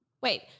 Wait